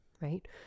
right